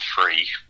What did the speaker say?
free